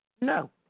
No